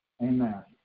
Amen